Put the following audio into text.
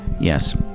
yes